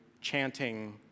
chanting